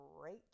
great